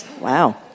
wow